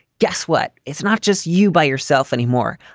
guess what? it's not just you by yourself anymore.